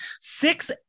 six